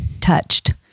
touched